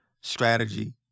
strategy